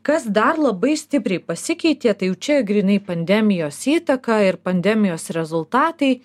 kas dar labai stipriai pasikeitė tai jau čia grynai pandemijos įtaka ir pandemijos rezultatai